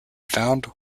found